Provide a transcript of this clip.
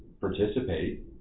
participate